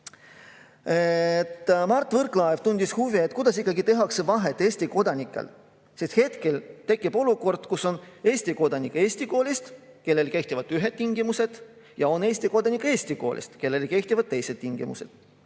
Mart Võrklaev tundis huvi, kuidas ikkagi tehakse vahet Eesti kodanikel. [Eelnõu kohaselt] tekib olukord, kus on Eesti kodanik Eesti koolist, kelle puhul kehtivad ühed tingimused, ja on Eesti kodanik Eesti koolist, kelle puhul kehtivad teised tingimused.